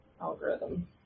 algorithm